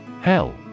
Hell